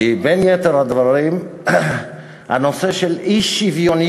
כי בין יתר הדברים, הנושא של אי-שוויוניות,